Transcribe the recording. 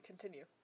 Continue